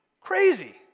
Crazy